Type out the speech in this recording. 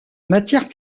matière